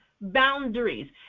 boundaries